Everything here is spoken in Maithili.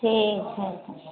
ठीक हय